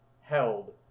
held